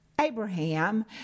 Abraham